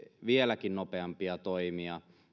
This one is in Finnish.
vieläkin nopeampia toimia